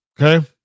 Okay